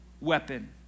weapon